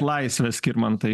laisvę skirmantai